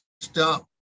stop